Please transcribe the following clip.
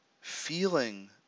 feeling